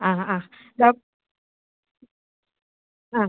ആ ആ ആ